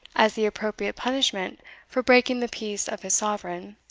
as the appropriate punishment for breaking the peace of his sovereign,